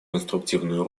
конструктивную